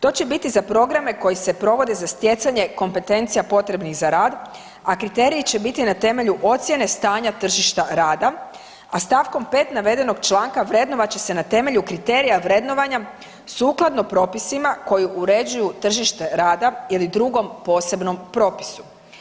To će biti za programe koji se provode za stjecanje kompetencija potrebnih za rad, a kriteriji će biti na temelju ocjene stanja tržišta rada, a stavkom 5. navedenog članka vrednovat će se na temelju kriterija vrednovanja sukladno propisima koji uređuju tržište rada ili drugom posebnom propisu.